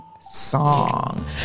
Song